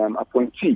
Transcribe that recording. appointee